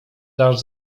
dasz